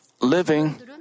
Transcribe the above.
living